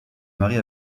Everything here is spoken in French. marie